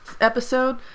episode